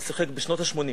הוא שיחק בשנות ה-80.